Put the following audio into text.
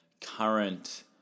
current